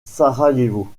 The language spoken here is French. sarajevo